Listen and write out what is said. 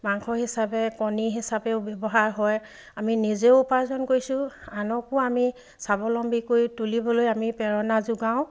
মাংস হিচাপে কণী হিচাপেও ব্যৱহাৰ হয় আমি নিজেও উপাৰ্জন কৰিছোঁ আনকো আমি স্বাৱলম্বী কৰি তুলিবলৈ আমি প্ৰেৰণা যোগাওঁ